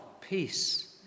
peace